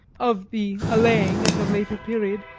of the allaying, at a later period,